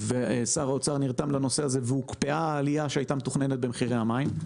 של שר האוצר והוקפאה העלייה במחירי המים.